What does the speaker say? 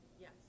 Yes